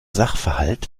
sachverhalt